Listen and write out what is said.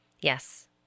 Yes